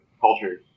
cultures